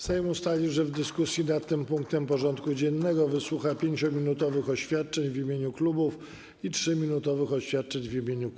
Sejm ustalił, że w dyskusji nad tym punktem porządku dziennego wysłucha 5-minutowych oświadczeń w imieniu klubów i 3-minutowych oświadczeń w imieniu kół.